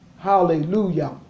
hallelujah